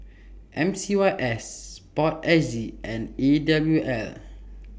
M C Y S Sport S G and E W L